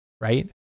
right